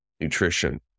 nutrition